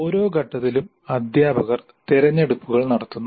ഓരോ ഘട്ടത്തിലും അധ്യാപകർ തിരഞ്ഞെടുപ്പുകൾ നടത്തുന്നു